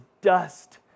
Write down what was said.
dust